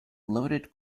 loaded